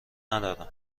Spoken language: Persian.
ندارم